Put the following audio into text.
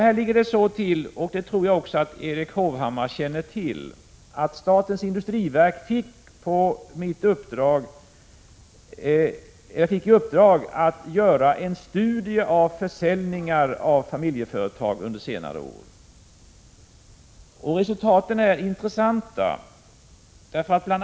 Här ligger det till så — och det tror jag att Erik Hovhammar också känner till — att statens industriverk på mitt uppdrag har gjort en studie av försäljningar av familjeföretag under senare år. Resultatet är intressant. Bl.